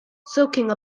soaking